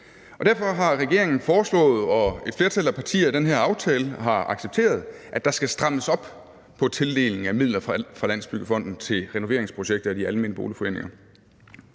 den her aftale accepteret, at der skal strammes op på tildelingen af midler fra Landsbyggefonden til renoveringsprojekter i de almene boligforeninger